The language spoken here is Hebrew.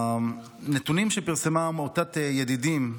מהנתונים שפרסמה עמותת ידידים,